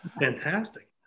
Fantastic